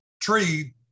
tree